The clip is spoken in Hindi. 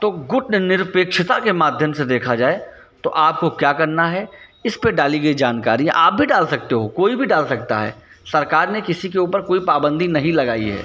तो गुट निरपेक्षता के माध्यम से देखा जाए तो आपको क्या करना है इसपर डाली गई जानकारी आप भी डाल सकते हो कोई भी डाल सकता है सरकार ने किसी के ऊपर कोई पाबंदी नहीं लगाई है